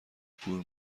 کور